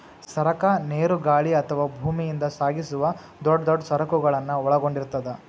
ಸರಕ ನೇರು ಗಾಳಿ ಅಥವಾ ಭೂಮಿಯಿಂದ ಸಾಗಿಸುವ ದೊಡ್ ದೊಡ್ ಸರಕುಗಳನ್ನ ಒಳಗೊಂಡಿರ್ತದ